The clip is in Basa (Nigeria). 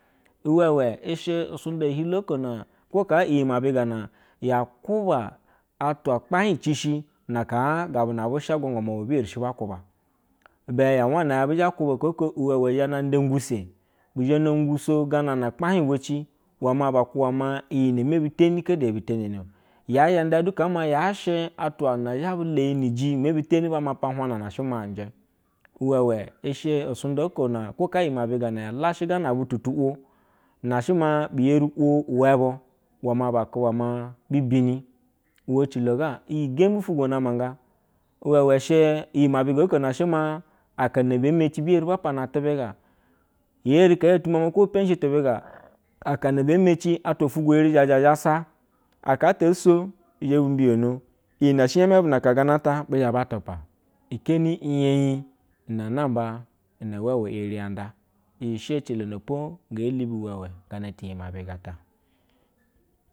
I mewe ishe usunda chilo ko ne kaa iyi mabiga na yakubu atwa lepa hi cishi na haa gana bushe agwagwanu be ebe erishi ba kuba, ibe yawana ya be zhe kuba maa aka kleo wewe zhena nda iguse zhena guso gana na unipahi bwa ci uwema ba mo iyi mebi teni hede ihi temeni, ya she atwa zhe bu layi niji me be teni ba maoa hwana she ma njɛ uwe ishe udunda ko na koha iyi mabiga uko na ya lashɛ gana butu tu ulo na shɛ maa bi eri wo we uwe ma laaku ma bi bini, uwe ecilo ga iyi gembi fu gwo nama ga iwewe she iyi mabiga leo nashje maa ahana be mecibi eri ba pane ti biga, yeri hayotomo ma ho be pemshiti biga alzana meli utungo iri zheje zhasa, aha ata oso izhimbiyono iti ne she thene bu na aka ta emba tupa kenn iye yi ne namba na iweme erinda, iyi she edilapo ga lubi wewe gana teye mabiga ta.